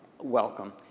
welcome